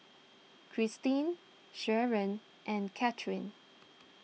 Kristin Sherron and Catharine